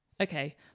Okay